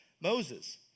Moses